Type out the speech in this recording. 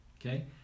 okay